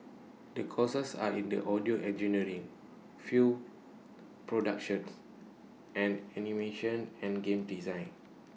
the courses are in the audio engineering film productions and animation and games design